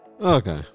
Okay